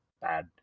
bad